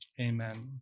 Amen